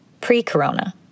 pre-corona